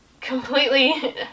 completely